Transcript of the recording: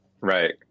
Right